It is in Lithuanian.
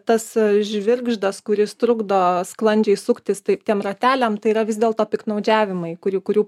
tas a žvirgždas kuris trukdo sklandžiai suktis taip tiem rateliam tai yra vis dėlto piktnaudžiavimai kuri kurių